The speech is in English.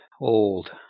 old